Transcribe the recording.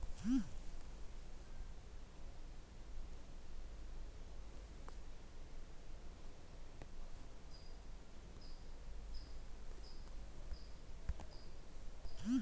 ನಮ್ಮ ಹೂಡಿಕೆಯಲ್ಲಿ ವಾರ್ಷಿಕವಾಗಿ ನಮಗೆ ಎಷ್ಟು ಲಾಭ ಬಂದಿದೆ ಎನ್ನುವುದೇ ಇನ್ವೆಸ್ಟ್ಮೆಂಟ್ ಪರ್ಫಾರ್ಮೆನ್ಸ್